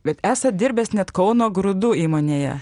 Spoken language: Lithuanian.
bet esat dirbęs net kauno grūdų įmonėje